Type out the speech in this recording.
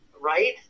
right